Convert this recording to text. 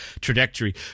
trajectory